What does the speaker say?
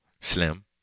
Slim